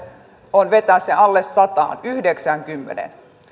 on vetää se alle sataan yhdeksäänkymmeneen